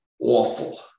awful